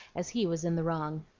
as he was in the wrong.